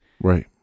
Right